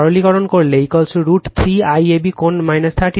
সরলীকরণ করলে √ 3 IAB কোণ 30o